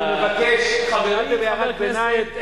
חבר הכנסת אפללו,